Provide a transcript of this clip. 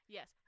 Yes